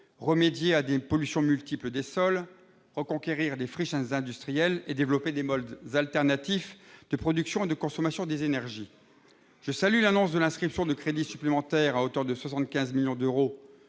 remédier à des pollutions multiples des sols, reconquérir des friches industrielles et développer des modes alternatifs de production et de consommation des énergies. Je salue l'annonce de l'inscription de crédits supplémentaires, à hauteur de 75 millions d'euros,